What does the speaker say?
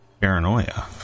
paranoia